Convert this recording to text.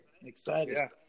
Excited